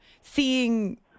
seeing